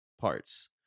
parts